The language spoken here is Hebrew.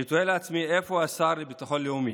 אני תוהה לעצמי, איפה השר לביטחון לאומי?